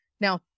Now